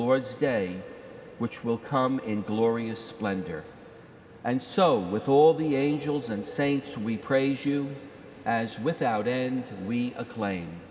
lord's day which will come in glorious splendor and so with all the angels and saints we praise you as without and we acclaim